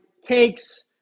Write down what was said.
takes